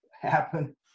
happen